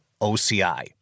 OCI